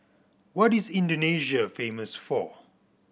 what is Indonesia famous for